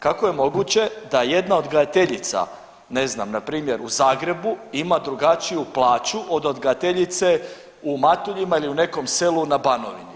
Kako je moguće da jedna odgajateljica ne znam na primjer u Zagrebu ima drugačiju plaću od odgajateljice u Matuljima ili u nekom selu na Banovini?